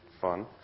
fun